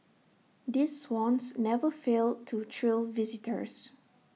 these swans never fail to thrill visitors